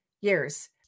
years